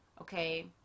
okay